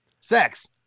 Sex